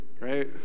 right